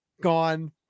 gone